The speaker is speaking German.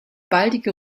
baldige